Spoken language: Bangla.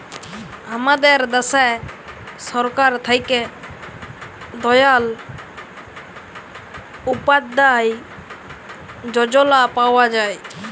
আমাদের দ্যাশে সরকার থ্যাকে দয়াল উপাদ্ধায় যজলা পাওয়া যায়